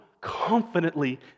confidently